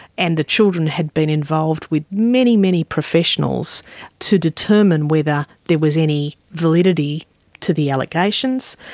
and the children had been involved with many, many professionals to determine whether there was any validity to the allegations.